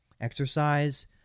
Exercise